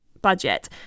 budget